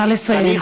נא לסיים.